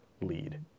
lead